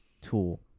tool